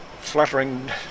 fluttering